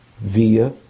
Via